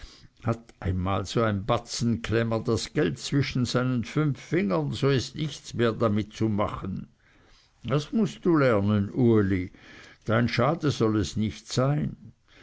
hat einmal so ein batzenklemmer das geld zwischen seinen fünf fingern so ist nichts mehr damit zu machen das mußt du lernen uli dein schade soll es nicht sein